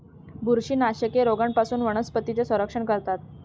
बुरशीनाशके रोगांपासून वनस्पतींचे संरक्षण करतात